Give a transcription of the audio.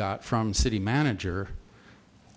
got from city manager